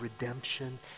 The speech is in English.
redemption